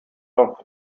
auf